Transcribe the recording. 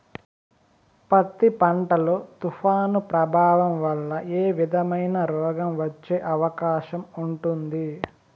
పత్తి పంట లో, తుఫాను ప్రభావం వల్ల ఏ విధమైన రోగం వచ్చే అవకాశం ఉంటుంది?